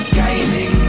gaming